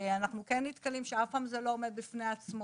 אנחנו כן נתקלים במקרים שאף פעם זה לא עומד בפני עצמו.